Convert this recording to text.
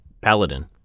Paladin